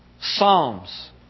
psalms